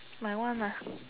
my one